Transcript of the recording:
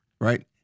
Right